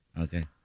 okay